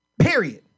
Period